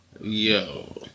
Yo